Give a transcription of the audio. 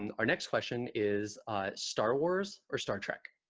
and our next question is ah star wars or star trek